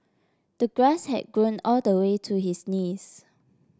the grass had grown all the way to his knees